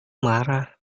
marah